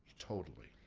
totally.